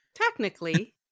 technically